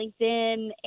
LinkedIn